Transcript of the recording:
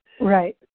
Right